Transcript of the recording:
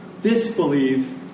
disbelieve